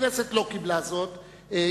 הכנסת לא קיבלה זאת,